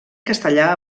castellà